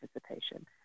participation